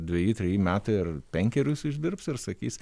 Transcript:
dveji treji metai ir penkerius išdirbs ir sakys